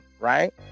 right